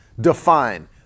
define